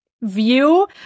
view